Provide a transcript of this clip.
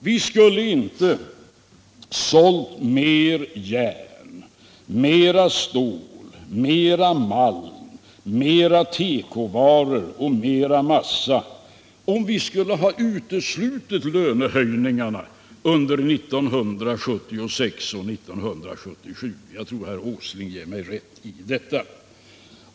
Vi skulle inte ha sålt mer järn, mer stål, mer malm, mer tekovaror eller mer massa om vi skulle ha uteslutit lönehöjningarna under 1976 och 1977. Jag tror att herr Åsling ger mig rätt i detta.